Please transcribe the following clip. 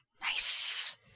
Nice